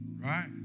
Right